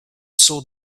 saw